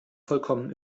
vollkommen